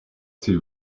s’il